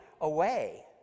away